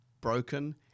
Broken